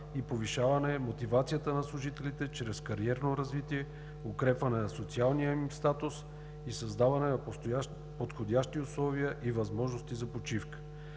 и повишаване мотивацията на служителите чрез кариерно развитие, укрепване на социалния им статус, създаване на подходящи условия и възможности за почивка.